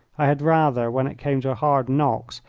i had rather, when it came to hard knocks,